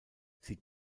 sie